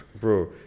bro